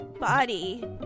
body